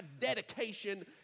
dedication